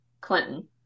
Clinton